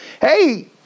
Hey